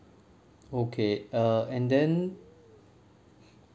okay err and then